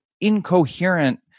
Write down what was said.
incoherent